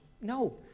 No